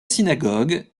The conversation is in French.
synagogue